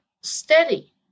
steady